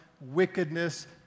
wickedness